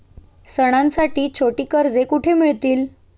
सणांसाठी छोटी कर्जे कुठे मिळतील?